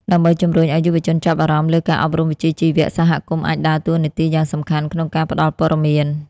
ដើម្បីជំរុញឱ្យយុវជនចាប់អារម្មណ៍លើការអប់រំវិជ្ជាជីវៈ សហគមន៍អាចដើរតួនាទីយ៉ាងសំខាន់ក្នុងការផ្តល់ព័ត៌មាន។